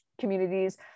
communities